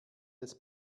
des